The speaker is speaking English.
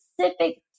specific